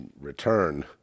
return